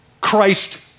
Christ